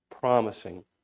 promising